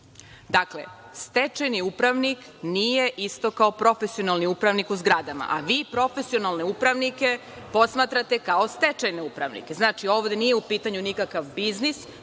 Dakle, stečajni upravnik nije isto kao profesionalni upravnik u zgradama. Vi profesionalne upravnike posmatrate kao stečajne upravnike. Znači, ovde nije u pitanju nikakav biznis,